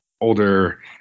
older